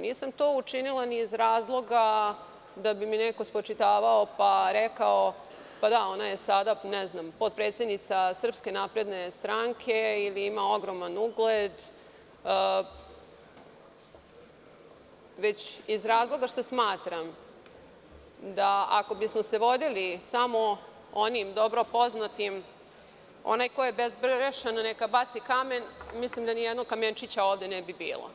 Nisam to učinila ni iz razloga da bi mi neko spočitavao pa rekao – ona je sada potpredsednica SNS ili ima ogroman ugled, već iz razloga što smatram da ako bismo se vodili samo onim dobro poznatim – onaj ko je bezgrešan neka baci kamen, mislim da nijednog kamenčića ovde ne bi bilo